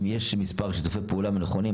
אם יש מספר שיתופי פעולה נכונים,